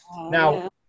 Now